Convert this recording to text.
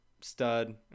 stud